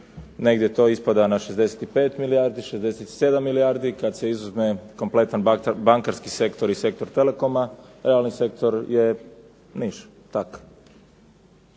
negdje to ispada na 65 milijardi, 67 milijardi. Kad se izuzme kompletan bankarski sektor i sektor telekoma realni sektor je niš,